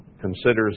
considers